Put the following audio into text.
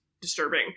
disturbing